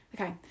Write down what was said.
okay